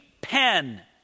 pen